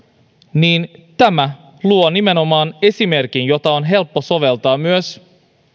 niin tämä luo nimenomaan esimerkin jota on helppo soveltaa myös tulevina